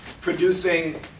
producing